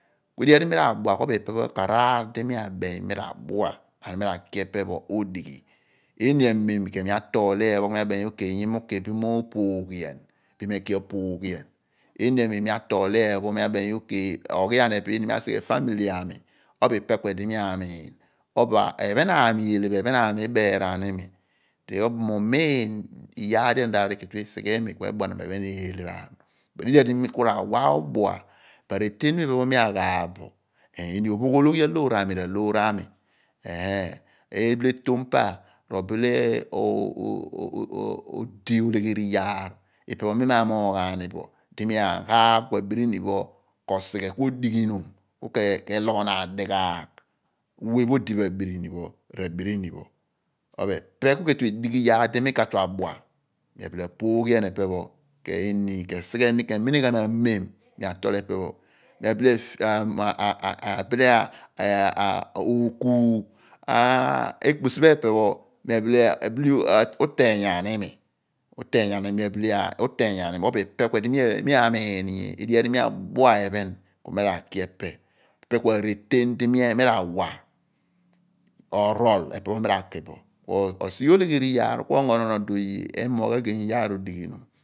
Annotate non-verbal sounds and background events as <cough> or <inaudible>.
Edeghi uyaar di mi r'adua, ka bo ipe pho ku araar di mi abem mo mi ra ki epe pho odighi, lini amem ku mi atol li ophen pho ku mi abem mo ii miupooghian, bin mi apooghian iini amem bin mi atol li ephen pho ku mi abem mo ugua aghi aani epe mi asighe eghunotu ami, kua bo ipe kue di mi amiin. Iphen aami eele pho ephen aami iheeraan ni iimi bin mi umiin iyaar di erol mudaadi ke tu esighe imi ephen eele pho ami, idighi edi mi ra wa obua. iinya iphen mi agbaaph bo ilo ophogh ologhi aami r'aloor aami ebile etum pa <hesitation> obile oolegheri ilo ipe mi ma moigh ani bo di mi aaghaaph ku abirini pho ko sighe ku odighinom ku ke lughonaan dighaagh we pho odi bo abirini r'abirini pho obo epe ku ke etue edighi ilo mi ka tue adua mi abile apooghian epe pho ke esigheri eminighan amem mi abile <hesitation> okuugh ekpisi pho abile uteeny aani imi ko bo ipe ku idi mi to bo ku aghi bo epe pho ipe ku areten di mi ra wa orol epe pho mi ra ki bo. osighe oleghen yaar ku ongo oye emoogh maar odighinom.